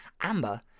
Amber